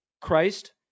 Christ